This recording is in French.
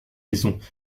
maisons